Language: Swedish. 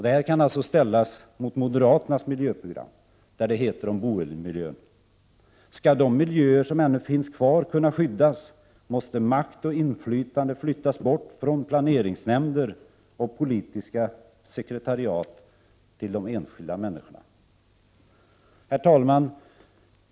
Detta kan ställas mot moderaternas miljöprogram, där det heter om boendemiljön: ”Skall de miljöer som ännu finns kvar kunna skyddas måste makt och inflytande flyttas bort från planeringsnämnder och politiska sekretariat till de enskilda människorna.” Herr talman!